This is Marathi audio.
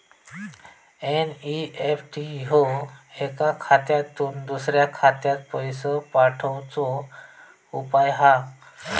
एन.ई.एफ.टी ह्यो एका खात्यातुन दुसऱ्या खात्यात पैशे पाठवुचो उपाय हा